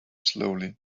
slowly